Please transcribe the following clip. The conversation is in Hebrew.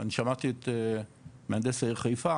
אני שמעתי את מהנדס העיר חיפה,